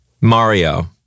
Mario